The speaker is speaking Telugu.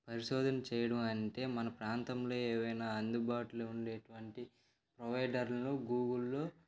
పరిశోధన చేయడం అంటే మన ప్రాంతంలో ఏవైనా అందుబాటులో ఉండేటువంటి ప్రొవైడర్లను గూగుల్లో